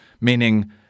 meaning